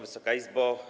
Wysoka Izbo!